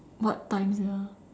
what time sia